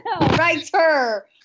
Writer